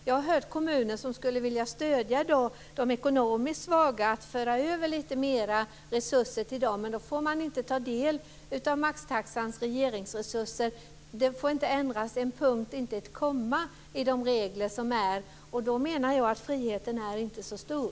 Jag har hört om kommuner som skulle vilja stödja ekonomiskt svaga och föra över mer resurser till dem. Men då får de inte del av maxtaxans regeringsresurser. Det får inte ändras ett punkt eller ett komma i reglerna. Då är friheten inte så stor.